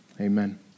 Amen